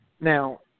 Now